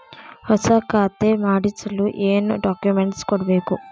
ಹೊಸ ಖಾತೆ ಮಾಡಿಸಲು ಏನು ಡಾಕುಮೆಂಟ್ಸ್ ಕೊಡಬೇಕು?